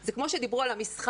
זה כמו שדיברו על המסחר,